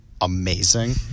amazing